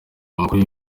amakuru